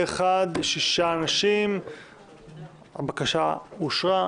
הצבעה בעד- 6 נגד- אין נמנעים- אין הבקשה להקדמת הדיון אושרה.